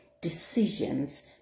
decisions